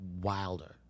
wilder